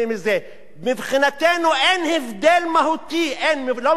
מבחינתנו, אין הבדל מהותי: לא מבחינה מוסרית